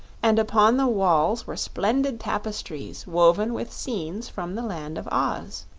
and upon the walls were splendid tapestries woven with scenes from the land of oz.